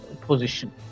position